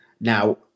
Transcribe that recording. Now